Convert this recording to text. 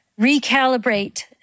recalibrate